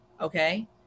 Okay